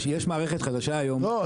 יש מערכת חדשה היום --- לא,